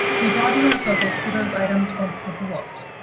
we broaden our focus to those items once overlooked.